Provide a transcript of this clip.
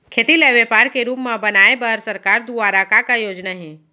खेती ल व्यापार के रूप बनाये बर सरकार दुवारा का का योजना हे?